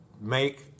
make